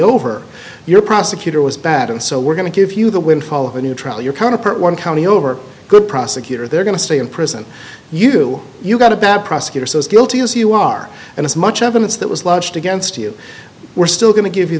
over your prosecutor was bad and so we're going to give you the windfall of a new trial your counterpart one county over a good prosecutor they're going to stay in prison you you've got a bad prosecutor so as guilty as you are and as much evidence that was lodged against you we're still going to give you